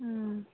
ꯎꯝ